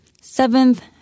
Seventh